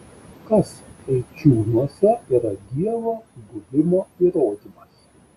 kas eičiūnuose yra dievo buvimo įrodymas